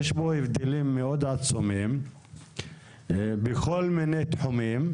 יש פה הבדלים מאוד עצומים בכל מיני תחומים,